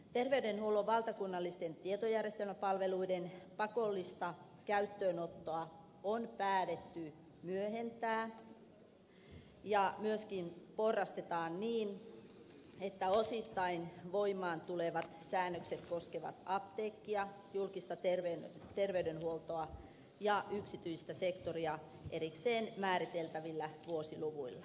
terveydenhuollon valtakunnallisten tietojärjestelmäpalveluiden pakollista käyttöönottoa on päätetty myöhentää ja myöskin porrastaa niin että osittain voimaan tulevat säännökset koskevat apteekkia julkista terveydenhuoltoa ja yksityistä sektoria erikseen määriteltävillä vuosiluvuilla